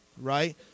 right